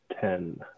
ten